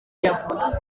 yavutse